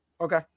Okay